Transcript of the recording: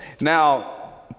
Now